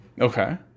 Okay